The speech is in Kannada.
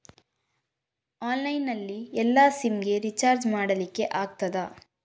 ಆನ್ಲೈನ್ ನಲ್ಲಿ ಎಲ್ಲಾ ಸಿಮ್ ಗೆ ರಿಚಾರ್ಜ್ ಮಾಡಲಿಕ್ಕೆ ಆಗ್ತದಾ?